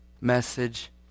message